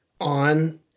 on